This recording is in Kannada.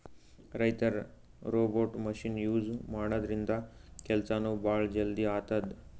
ರೈತರ್ ರೋಬೋಟ್ ಮಷಿನ್ ಯೂಸ್ ಮಾಡದ್ರಿನ್ದ ಕೆಲ್ಸನೂ ಭಾಳ್ ಜಲ್ದಿ ಆತದ್